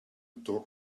dog